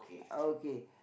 okay